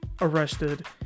arrested